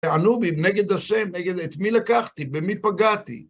הנובים נגד השם, נגד את מי לקחתי במי פגעתי.